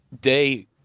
day